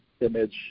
image